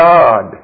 God